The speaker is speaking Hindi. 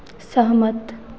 सहमत